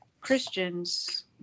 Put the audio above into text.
Christians